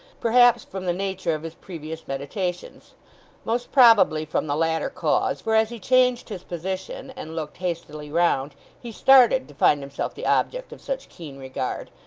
perhaps from the nature of his previous meditations most probably from the latter cause, for as he changed his position and looked hastily round, he started to find himself the object of such keen regard,